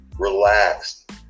relaxed